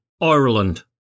Ireland